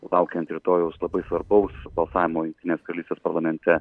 laukiant rytojaus labai svarbaus balsavimo jungtinės karalystės parlamente